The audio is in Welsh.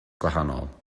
gwahanol